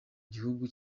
gihugu